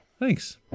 Thanks